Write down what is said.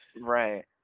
right